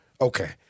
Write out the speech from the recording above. okay